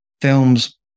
films